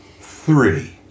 Three